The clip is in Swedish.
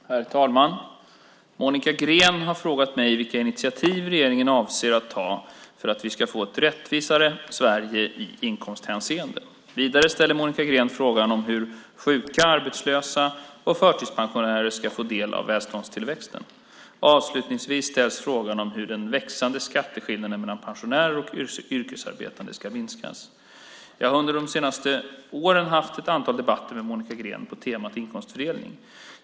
Herr talman! Monica Green har frågat mig vilka initiativ regeringen avser att ta för att vi ska få ett rättvisare Sverige i inkomsthänseende. Vidare ställer Monica Green frågan hur sjuka, arbetslösa och förtidspensionärer ska få del av välståndstillväxten. Avslutningsvis ställs frågan om hur den växande skatteskillnaden mellan pensionärer och yrkesarbetande ska minskas. Jag har under de senaste åren haft ett antal debatter med Monica Green på temat inkomstfördelning.